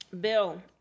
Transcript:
Bill